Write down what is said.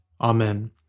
Amen